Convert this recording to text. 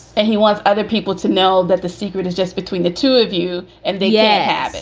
and he wants other people to know that the secret is just between the two of you. and they yeah